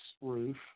roof